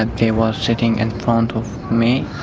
they were sitting in front of me.